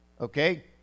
okay